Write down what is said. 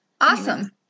Awesome